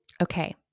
Okay